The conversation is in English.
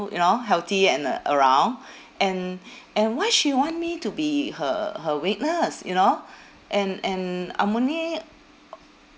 you know healthy and uh around and and why she want me to be her her witness you know and and I'm only